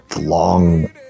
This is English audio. long